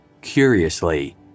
Curiously